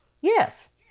yes